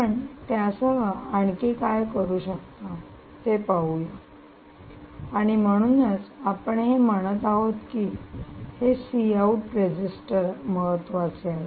आपण त्यासह आणखी काय करू शकता ते पाहूया आणि म्हणूनच आपण हे म्हणत आहोत की हे सी आउट रजिस्टर महत्वाचे आहे